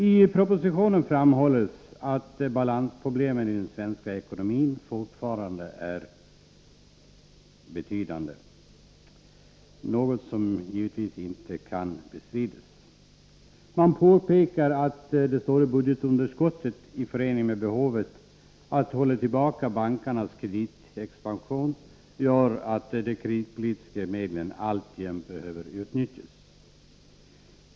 I propositionen framhålls att balansproblemen i den svenska ekonomin fortfarande är betydande, vilket givetvis inte kan bestridas. Man påpekar att det stora budgetunderskottet i förening med behovet att hålla tillbaka bankernas kreditexpansion gör att de kreditpolitiska medlen alltjämt behöver utnyttjas.